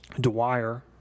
Dwyer